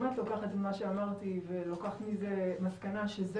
אם את לוקחת ממה שאמרתי ולוקחת מזה מסקנה שזה